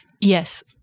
Yes